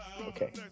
Okay